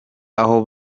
aho